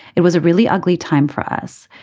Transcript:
it was a really ugly time for us.